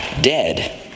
Dead